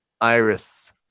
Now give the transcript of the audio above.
Iris